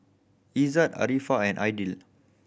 Izzat Arifa and Aidil